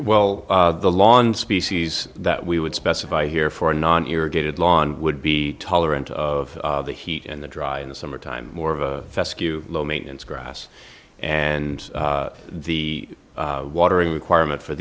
well the lawn species that we would specify here for a non irrigated lawn would be tolerant of the heat and the dry in the summertime more of a fescue low maintenance grass and the watering requirement for